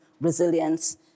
resilience